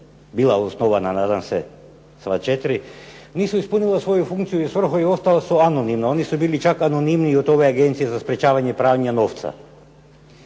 bila osnovana, nadam se sva 4, nisu ispunila svoju funkciju i svrhu i ostala su anonimna. Oni su bili čak anonimniji od ove Agencije za sprječavanje pranja novca.